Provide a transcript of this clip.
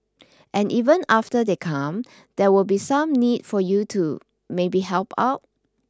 and even after they come there will be some need for you to maybe help out